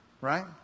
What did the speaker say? Right